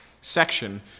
section